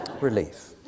Relief